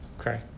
Okay